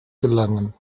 gelangen